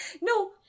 No